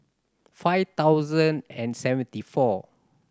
five thousand and seventy four